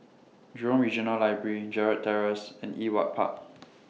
Jurong Regional Library Gerald Terrace and Ewart Park